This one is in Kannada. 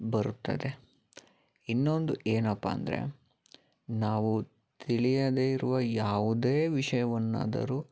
ಬರುತ್ತದೆ ಇನ್ನೊಂದು ಏನಪ್ಪ ಅಂದರೆ ನಾವು ತಿಳಿಯದೇ ಇರುವ ಯಾವುದೇ ವಿಷಯವನ್ನಾದರೂ